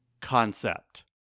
concept